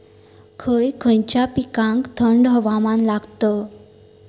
खय खयच्या पिकांका थंड हवामान लागतं?